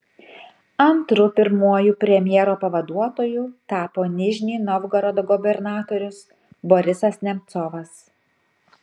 antru pirmuoju premjero pavaduotoju tapo nižnij novgorodo gubernatorius borisas nemcovas